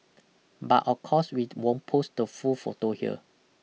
but of course we won't post the full photo here